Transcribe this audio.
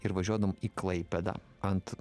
ir važiuodavom į klaipėdą ant